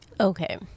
Okay